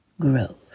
Grove